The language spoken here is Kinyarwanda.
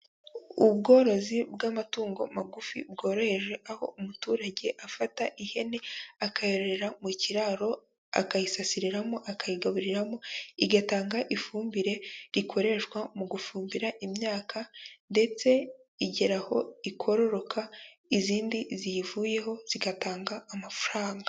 Ubworozi bw'amatungo magufi bworoheje aho umuturage afata ihene akayarorera mu kiraro akayisasiriramo akayigaburiramo, igatanga ifumbire rikoreshwa mu gufumbira imyaka ndetse igera aho ikororoka izindi ziyivuyeho zigatanga amafaranga.